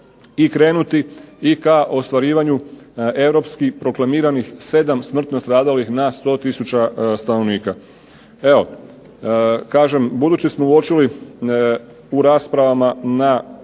i krenuti i ka ostvarivanju europskih proklamiranih 7 smrtno stradalih na 100 tisuća stanovnika. Evo, kažem budući smo uočili u raspravama na